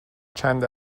چند